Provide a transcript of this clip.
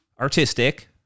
artistic